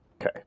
Okay